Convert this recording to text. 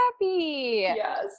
Yes